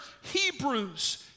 Hebrews